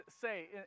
say